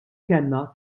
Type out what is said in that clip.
kellna